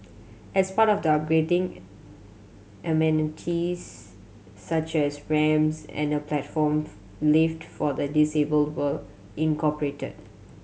as part of the upgrading amenities such as ramps and a platform lift for the disabled were incorporated